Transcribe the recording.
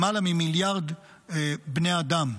למעלה ממיליארד בני אדם.